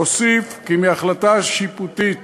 אוסיף כי מהחלטה שיפוטית